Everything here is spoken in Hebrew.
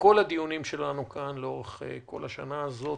בכל הדיונים שלנו כאן לאורך כל השנה הזאת,